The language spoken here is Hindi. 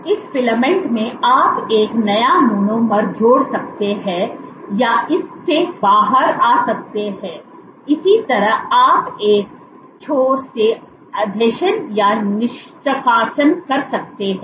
इस फिलामेंट में आप एक नया मोनोमर जोड़ सकते हैं या इससे बाहर आ सकते हैं इसी तरह आप एक छोर से आसंजन या निष्कासन कर सकते हैं